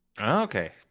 okay